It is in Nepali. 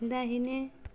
दाहिने